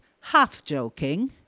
half-joking